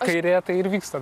kairėje tai ir vyksta